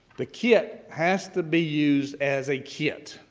the kit has to be used as a kit.